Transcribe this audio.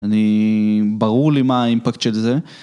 אני, ברור לי מה אימפקט של זה,